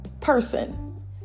person